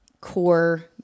core